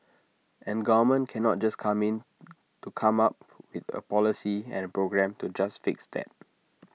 and government cannot just come in to come up with A policy and A program to just fix that